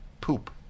poop